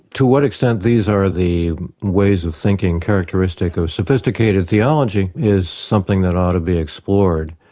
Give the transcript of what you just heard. to what extent these are the ways of thinking characteristic of sophisticated theology is something that ought to be explored.